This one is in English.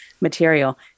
material